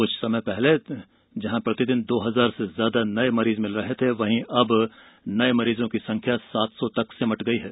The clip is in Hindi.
कुछ समय पहले तक जहां प्रतिदिन दो हजार से ज्यादा नये मरीज मिल रहे थे वहीं अब नये मरीजों की संख्या सात सौ तक सिमट गई है